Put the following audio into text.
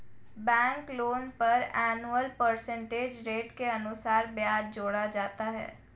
bank loan पर annual percentage rate के अनुसार ब्याज जोड़ा जाता है